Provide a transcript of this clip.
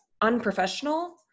unprofessional